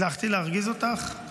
חברת הכנסת נעמה לזימי, בבקשה.